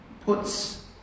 puts